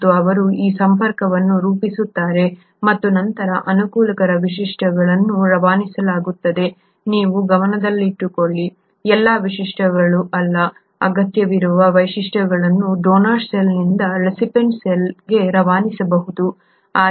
ಮತ್ತು ಅವರು ಈ ಸಂಪರ್ಕವನ್ನು ರೂಪಿಸುತ್ತಾರೆ ಮತ್ತು ನಂತರ ಅನುಕೂಲಕರ ವೈಶಿಷ್ಟ್ಯಗಳನ್ನು ರವಾನಿಸಲಾಗುತ್ತದೆ ನೀವು ಗಮನದಲ್ಲಿಟ್ಟುಕೊಳ್ಳಿ ಎಲ್ಲಾ ವೈಶಿಷ್ಟ್ಯಗಳನ್ನು ಅಲ್ಲ ಅಗತ್ಯವಿರುವ ವೈಶಿಷ್ಟ್ಯಗಳನ್ನು ಡೋನರ್ ಸೆಲ್ನಿಂದ ರಿಸಿಪಿಎಂಟ್ ಸೆಲ್ಗೆ ರವಾನಿಸಬಹುದು